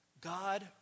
God